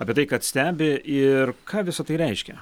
apie tai kad stebi ir ką visa tai reiškia